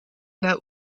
der